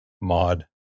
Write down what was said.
mod